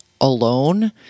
alone